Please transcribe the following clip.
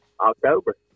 October